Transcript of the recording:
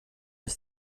ist